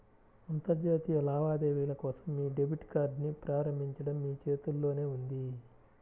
అంతర్జాతీయ లావాదేవీల కోసం మీ డెబిట్ కార్డ్ని ప్రారంభించడం మీ చేతుల్లోనే ఉంది